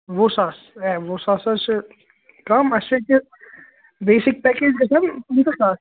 وُہ ساس ہے وُہ ساس حظ چھِ کَم اَسہِ چھِ ییٚتہِ بیسِک پٮ۪کیج گژھان پٕنٛژہ ساس